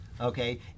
Okay